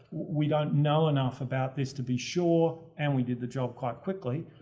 we don't know enough about this to be sure and we did the job quite quickly.